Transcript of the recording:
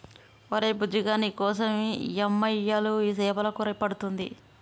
ఒరే బుజ్జిగా నీకోసం యమ్మ ఇయ్యలు సేపల కూర వండుతుంది